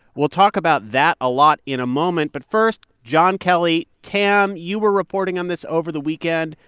we'll talk about that a lot in a moment, but first, john kelly. tam, you were reporting on this over the weekend.